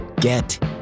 get